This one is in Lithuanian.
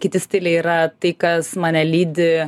kiti stiliai yra tai kas mane lydi